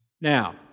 Now